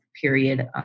period